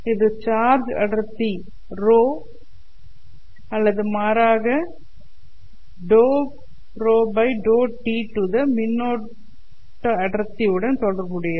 இது சார்ஜ் அடர்த்தி ρ அல்லது மாறாக ∂ρv∂t மின்னோட்ட அடர்த்தி உடன் தொடர்புடையது